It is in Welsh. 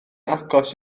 agos